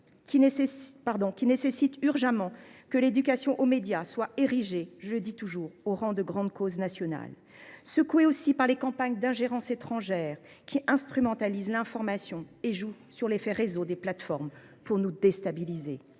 qui nécessite que l’éducation aux médias soit d’urgence érigée au rang de grande cause nationale ; secouées aussi par les campagnes d’ingérence étrangère qui instrumentalisent l’information et jouent sur l’effet réseau des plateformes pour nous déstabiliser